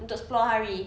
untuk sepuluh hari